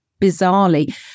bizarrely